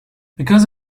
because